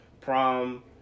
Prom